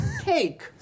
Cake